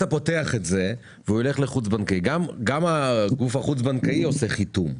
גם הגוף החוץ בנקאי עושה חיתום,